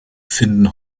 finden